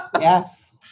Yes